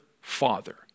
Father